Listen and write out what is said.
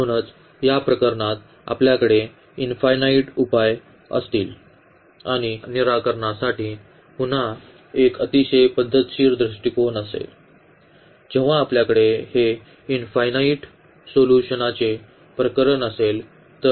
म्हणूनच या प्रकरणात आपल्याकडे इन्फायनाईट उपाय असतील आणि या निराकरणासाठी पुन्हा एक अतिशय पद्धतशीर दृष्टिकोन असेल जेव्हा आपल्याकडे हे इन्फायनाईट सोल्यूशनांचे प्रकरण असेल